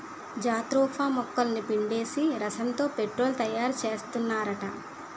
jatropha మొక్కలని పిండేసి రసంతో పెట్రోలు తయారుసేత్తన్నారట